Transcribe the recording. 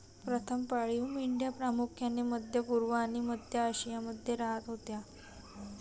प्रथम पाळीव मेंढ्या प्रामुख्याने मध्य पूर्व आणि मध्य आशियामध्ये राहत होत्या